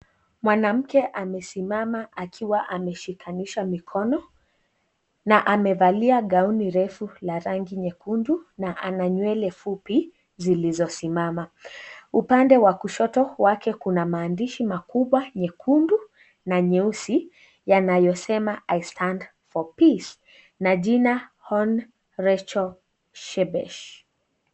Mwanamke amesimama akiwa ameshikanisha mikono. Na amevalia gauni refu la rangi nyekundu na ana nywele fupi zilizosimama. Upande wa kushoto wake kuna maandishi makubwa nyekundu na nyeusi yanayosema i stand for peace na jina Hon. Rachel Shebesh.